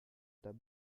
the